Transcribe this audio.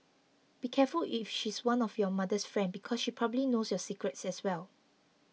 be careful if she's one of your mother's friend because she probably knows your secrets as well